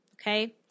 okay